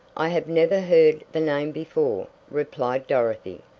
i have never heard the name before, replied dorothy,